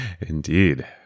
Indeed